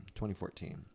2014